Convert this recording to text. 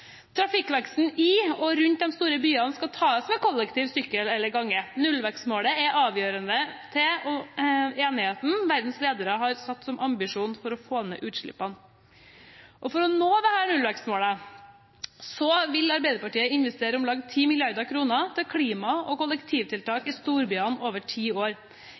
Trafikkveksten i og rundt de store byene skal tas med kollektivtrafikk, sykkel eller gange. Nullvekstmålet, som verdens ledere har satt som ambisjon for å få ned utslippene, er avgjørende. For å nå nullvekstmålet vil Arbeiderpartiet investere om lag 10 mrd. kr til klima- og kollektivtiltak i storbyene over ti år.